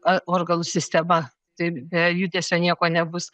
ar organų sistema tai be judesio nieko nebus